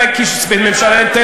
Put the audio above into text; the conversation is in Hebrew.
אני עדיין מספיד אותה.